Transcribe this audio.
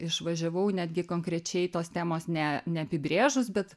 išvažiavau netgi konkrečiai tos temos ne neapibrėžus bet